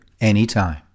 anytime